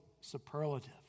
superlative